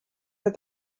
that